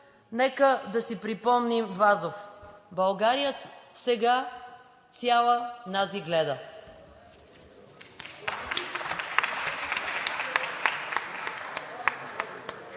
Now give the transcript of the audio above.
нека да си припомним Вазов: „България сега цяла нази гледа!“